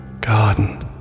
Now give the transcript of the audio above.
Garden